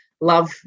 love